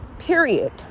period